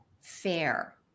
fair